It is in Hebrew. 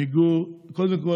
קודם כול,